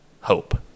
hope